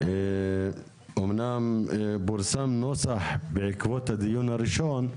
שאומנם פורסם נוסח בעקבות הדיון הראשון,